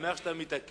אני שמח שאתה מתעקש.